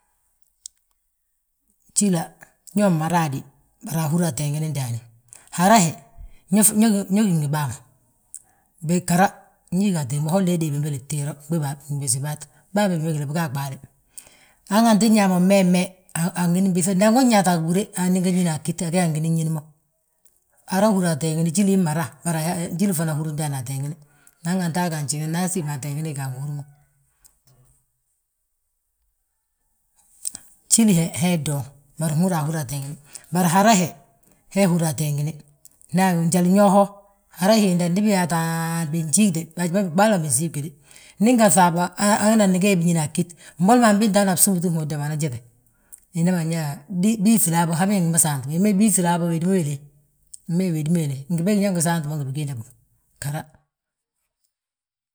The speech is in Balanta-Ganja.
Jíla ñoo ma raadé bari ahúri ateengini ndaani, hara he, ñe gí ngi bàa ma. Ghara ñee ga ateengim bà, holla dée bémbele tiiro, mbii bisibat, bàa bégba bembele hat, biga a ɓaale. Hanganti nyaa mo mmeeme, angini besir, ganti nyaa yaate a gibúre, agani ñi a ggít, a ggíti angi ñín mo. Hara húri ateengini, jíli ii mma raa, bari jíli fana húri ndaani ateengini. Hanganti aga a njiŋe, ndaa asiim ateengini ga, angi húr mo. Jíli he, he ii ddoŋ, bari nhúra ahúri ateengini ma. Bari hara he, hee húri ateengini, nda, njali ño ho, hara hiinda ndi biyaataa binjíigite, a ɓaali ma wi binsiigi wéde. Ndi ngaŧ habo, han gidan ñína a ggít, mboli mo antinte hana bsúmbuuti hóda ma, anan jéte, inan ma nyaa, habe ingima yaa biŧala habéle, inma yaa wédi ma wéle. Ngi bége ingi saanti mo ngi bigiinda bógi, ghara.